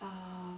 ah